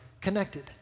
Connected